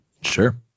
Sure